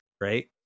right